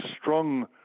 strong